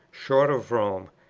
short of rome,